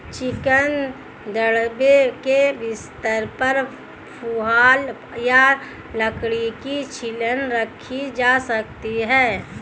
chicken दड़बे के बिस्तर पर पुआल या लकड़ी की छीलन रखी जा सकती है